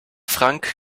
frank